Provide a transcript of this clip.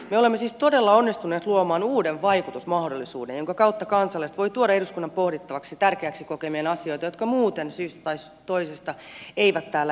me olemme siis todella onnistuneet luomaan uuden vaikutusmahdollisuuden jonka kautta kansalaiset voivat tuoda eduskunnan pohdittavaksi tärkeäksi kokemiaan asioita jotka muuten syystä tai toisesta eivät täällä esiin nouse